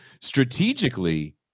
strategically